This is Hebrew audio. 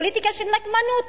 פוליטיקה של נקמנות.